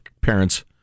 parents